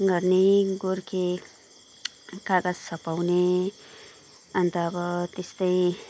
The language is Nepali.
गर्ने गोर्खे कागज छपाउने अन्त अब त्यस्तै